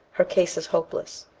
her case is hopeless,